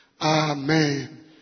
Amen